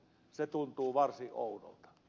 se tuntuu varsin oudolta